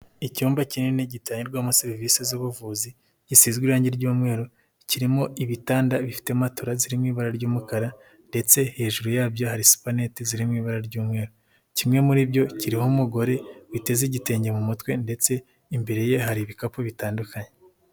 Icyumba kinini gitangirwamo serivisi z'ubuvuzi gisizwe irangi ry'umweru, kirimo ibitanda bifite matora ziri mu ibara ry'umukara ndetse hejuru yabyo hari supanete ziri mu ibara ry'umweru. Kimwe muri byo kiriho umugore witeze igitenge mu mutwe ndetse imbere ye hari ibikapu bitandukanye.